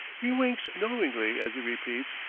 he winks knowingly as he repeats,